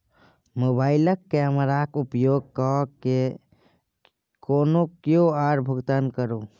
मोबाइलक कैमराक उपयोग कय कए कोनो क्यु.आर भुगतान करू